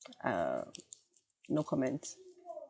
um no comments